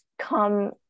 come